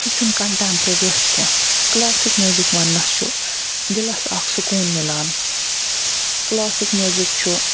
سُہ چھُ نہٕ کَنٹیٚمپریٚریَس کینٛہہ کلاسِک میوزِک وَننَس چھُ دِلَس اکھ سکون مِلان کلاسِک میوزِک چھُ